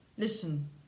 Listen